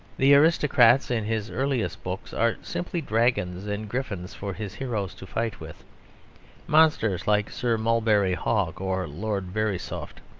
the aristocrats in his earliest books are simply dragons and griffins for his heroes to fight with monsters like sir mulberry hawk or lord verisopht.